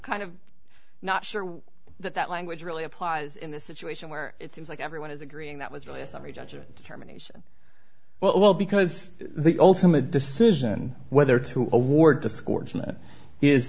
kind of not sure that that language really applies in this situation where it seems like everyone is agreeing that was really a summary judgment germination well because the ultimate decision whether to awar